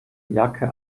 jacke